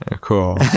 Cool